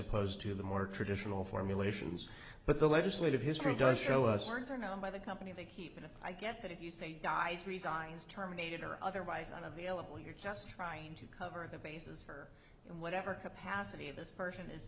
opposed to the more traditional formulations but the legislative history does show us words are known by the company they keep and i get that if you say dies resigns terminated or otherwise unavailable you're just trying to cover the bases or whatever capacity of this person is